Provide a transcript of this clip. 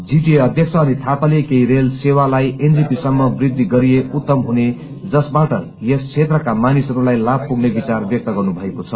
GTA अध्यक्ष अनित यापाले केही रेल सेवालाई एनजेपी सम्म वृद्धि गरिए उत्तर हुने जसबाट यस क्षेत्रका मानिसहरूलाई लााभ पुग्ने विचार व्यक्त गर्नुभएको छ